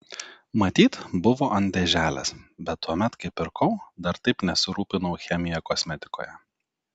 matyt buvo ant dėželės bet tuomet kai pirkau dar taip nesirūpinau chemija kosmetikoje